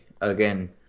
again